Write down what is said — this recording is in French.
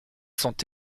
sont